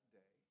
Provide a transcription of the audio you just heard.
day